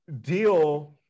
deal